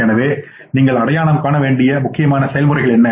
எனவே நீங்கள் அடையாளம் காண வேண்டிய முக்கியமான செயல்முறை என்ன